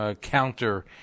counter